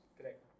Correct